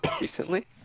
Recently